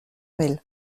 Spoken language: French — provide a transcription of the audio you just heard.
mail